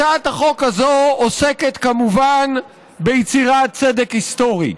הצעת החוק הזאת עוסקת כמובן ביצירת צדק היסטורי,